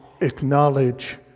acknowledge